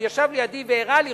הוא ישב לידי והראה לי,